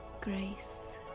grace